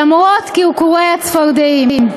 למרות קרקורי הצפרדעים.